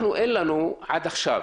אין לנו עד עכשיו